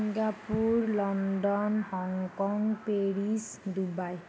Singapore London Hong Kong Paris Dubai